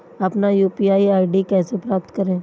अपना UPI ID कैसे प्राप्त करें?